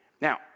Now